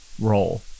role